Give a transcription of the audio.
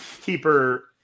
keeper